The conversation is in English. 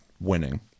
winning